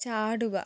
ചാടുക